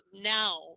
now